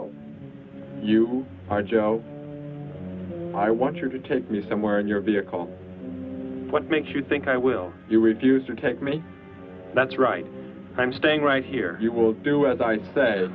know you are joe and i want you to take me somewhere in your vehicle what makes you think i will you refuse to take me that's right i'm staying right here you will do as i say